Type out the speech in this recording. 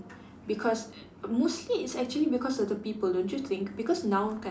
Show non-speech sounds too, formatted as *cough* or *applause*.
because *noise* mostly it's actually because of the people don't you think because now kan